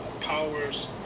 Powers